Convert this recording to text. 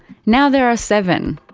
now there are seven.